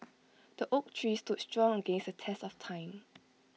the oak tree stood strong against the test of time